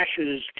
ashes